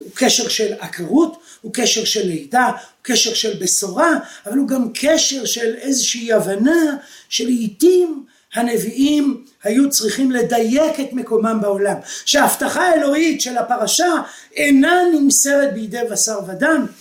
הוא קשר של עקרות, הוא קשר של לידה, הוא קשר של בשורה, אבל הוא גם קשר של איזושהי הבנה שלעיתים הנביאים היו צריכים לדייק את מקומם בעולם, שההבטחה האלוהית של הפרשה אינה נמסרת בידי בשר ודם